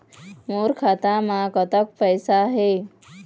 मोर खाता म कतक पैसा हे?